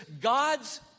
God's